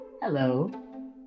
Hello